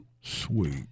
Sweet